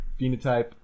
phenotype